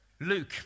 Luke